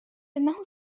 إنه